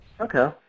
Okay